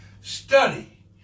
Study